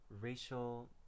racial